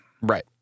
Right